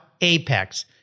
Apex